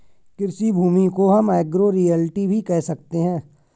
कृषि भूमि को हम एग्रो रियल्टी भी कह सकते है